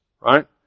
right